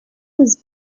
was